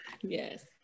yes